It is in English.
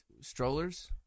Strollers